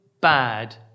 bad